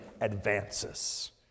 advances